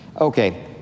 Okay